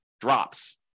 drops